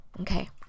Okay